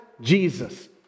Jesus